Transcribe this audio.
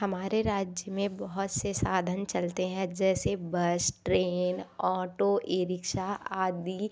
हमारे राज्य में बहुत से साधन चलते हैं जैसे बस ट्रेन ऑटो ई रिक्शा आदि